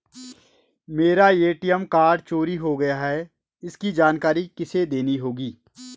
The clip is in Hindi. मेरा ए.टी.एम कार्ड चोरी हो गया है इसकी जानकारी किसे देनी होगी?